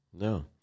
no